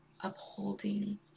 upholding